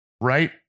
right